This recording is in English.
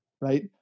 right